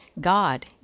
God